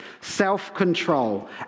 self-control